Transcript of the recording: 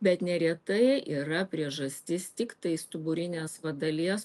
bet neretai yra priežastis tiktai stuburinės va dalies